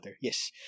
Yes